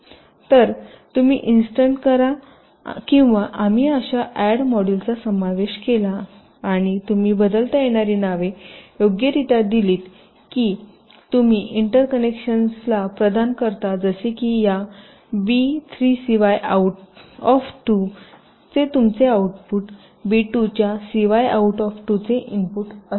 तर तुम्ही इन्स्टंट करा किंवा आम्ही अशा अॅड मॉड्यूलचा समावेश केला आणि तुम्ही बदलता येणारी नावे योग्यरित्या दिलीत की तुम्ही इंटरकनेक्शन्स प्रदान करता जसे की या बी 3 cyआऊट 2 चे तुमचे आउटपुट बी 2 च्या cyआऊट 2 चे इनपुट असेल